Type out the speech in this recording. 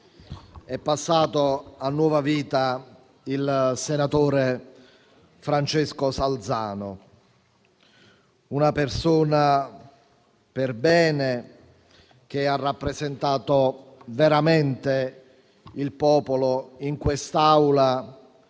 è passato a nuova vita il senatore Francesco Salzano, una persona perbene, che ha rappresentato veramente il popolo in quest'Aula,